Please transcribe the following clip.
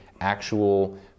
actual